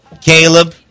Caleb